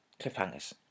Cliffhangers